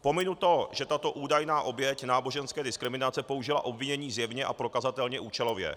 Pominu to, že tato údajná oběť náboženské diskriminace použila obvinění zjevně a prokazatelně účelově.